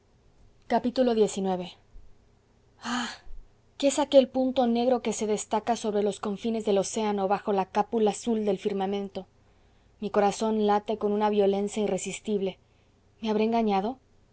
xix ah qué es aquel punto negro que se destaca sobre los confines del océano bajo la cúpula azul del firmamento mi corazón late con una violencia irresistible me habré engañado